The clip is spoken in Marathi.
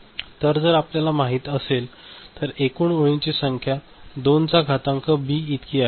तर जर आपल्यास माहित असेल तर एकूण ओळींची संख्या 2 चा घातांक बी इतकी आहे